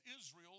Israel